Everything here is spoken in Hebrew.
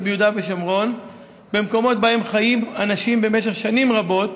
ביהודה ושומרון במקומות שבהם חיים אנשים במשך שנים רבות,